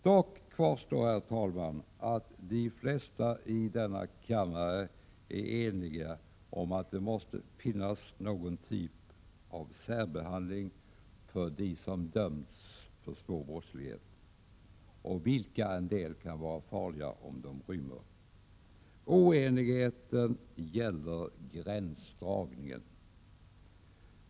Dock kvarstår, herr talman, att de flesta i denna kammare är eniga om att det måste finnas någon typ av särbehandling för dem som dömts för svår brottslighet, av vilka en del kan vara farliga om de rymmer. Oenigheten gäller gränsdragningen.